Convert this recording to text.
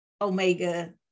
Omega